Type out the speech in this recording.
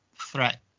threat